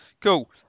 Cool